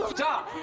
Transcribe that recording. job!